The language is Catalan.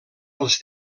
els